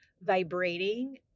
vibrating